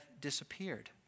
disappeared